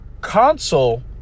console